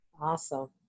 Awesome